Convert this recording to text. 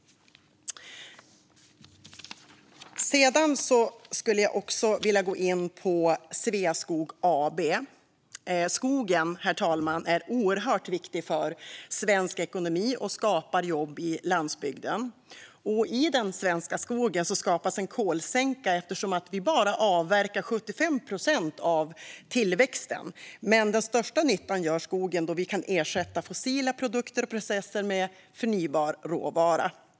Jag skulle också vilja gå in på Sveaskog AB. Skogen är oerhört viktig för svensk ekonomi och skapar jobb på landsbygden. I den svenska skogen skapas en kolsänka eftersom vi bara avverkar 75 procent av tillväxten. Men den största nyttan gör skogen då vi kan ersätta fossila produkter och processer med förnybar råvara.